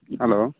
hello